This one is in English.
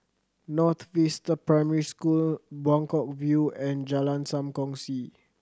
North Vista Primary School Buangkok View and Jalan Sam Kongsi